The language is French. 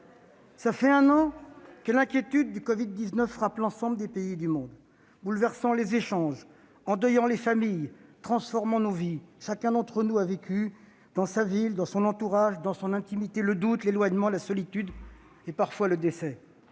Cela fait un an que l'inquiétude du covid-19 frappe l'ensemble des pays du monde, bouleversant les échanges, endeuillant les familles, transformant nos vies. Chacun d'entre nous a vécu dans sa ville, dans son entourage, dans son intimité, le doute, l'éloignement, la solitude et parfois le décès.